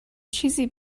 چیزی